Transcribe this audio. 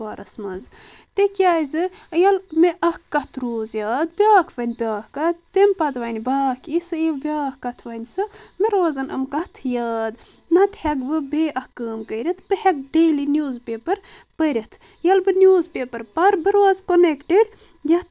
اتھ بارس منٛز تِکیازِ ییٚلہِ مےٚ اکھ کتھ روٗز یاد بیاکھ ونہِ بیاکھ کتھ تمہِ پتہٕ وَنہِ باکھ یُس سُہ یہِ بیاکھ کتھ ونہِ سُہ مےٚ روزَن یِم کتھہٕ یاد نتہٕ ہیٚکہٕ بہٕ بیٚیہِ اکھ کٲم کٔرتھ بہٕ ہیٚکہٕ ڈیلی نِوٕز پیپر پٔرتھ ییٚلہِ بہٕ نِوٕز پیپر پرٕ بہٕ روزٕ کنیٚکٹِڈ یتھ